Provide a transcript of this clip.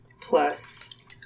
plus